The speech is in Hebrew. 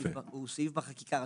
סעיף בחקיקה הראשית.